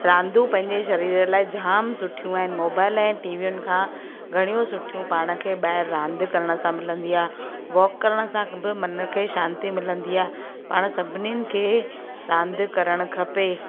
रांदू पंहिंजे सरीर लाइ जाम सुठियूं आहिनि मोबाइल ऐं टीवीयुनि खां घणियूं सुठियूं पाण खे ॿाहिरि रांदि करण सां मिलंदी आहे वॉक करण सां बि मन खे शांति मिलंदी आहे पाणि सभिनिनि खे रांदि करणु खपे